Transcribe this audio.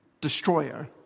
Destroyer